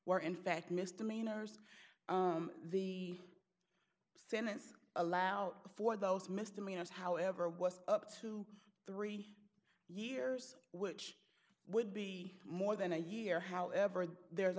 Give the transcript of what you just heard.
were in fact misdemeanors the sentence allow for those misdemeanors however was up to three years which would be more than a year however there's